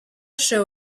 show